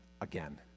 again